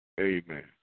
Amen